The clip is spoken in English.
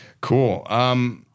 Cool